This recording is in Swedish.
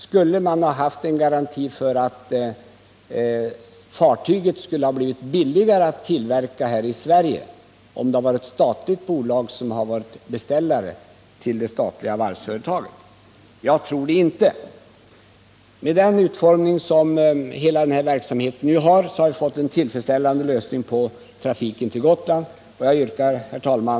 Skulle vi ha haft någon garanti för att fartygen blivit billigare att bygga här i Sverige, om ett statligt bolag hade beställt dem hos det statliga varvsföretaget? Jag tror det inte. Med den utformning som hela den här verksamheten nu fått har vi åstadkommit en tillfredsställande lösning av trafiken till Gotland. Herr talman!